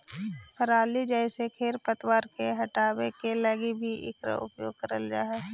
पराली जईसे खेप तवार के हटावे के लगी भी इकरा उपयोग होवऽ हई